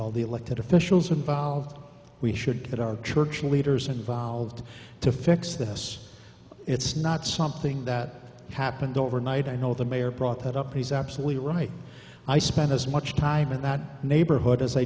all the elected officials involved we should get our church leaders involved to fix this it's not something that happened overnight i know the mayor brought that up he's absolutely right i spent as much time in that neighborhood as